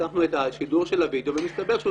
פתחנו את השידור של הווידאו ומסתבר שהוא